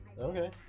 Okay